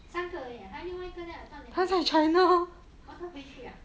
三个而已啊还有另外一个:san ge err yi a hai you ling wai yi ge leh I thought 你还有 oh 她回去啊